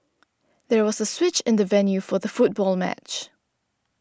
there was a switch in the venue for the football match